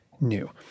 new